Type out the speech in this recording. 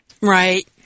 Right